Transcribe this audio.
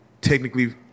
technically